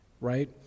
right